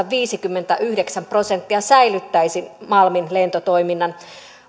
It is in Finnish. viisikymmentäyhdeksän prosenttia säilyttäisi malmin lentotoiminnan